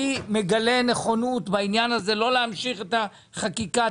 אני מגלה נכונות לא להמשיך את החקיקה,